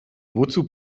wozu